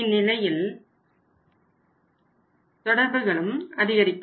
இந்நிலையில் தொடர்புகளும் அதிகரிக்கும்